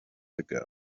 ago